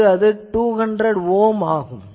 இங்கு அது 200 ஓம் ஆகும்